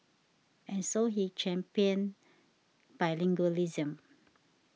and so he championed bilingualism